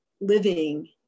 living